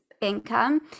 income